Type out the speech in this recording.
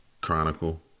Chronicle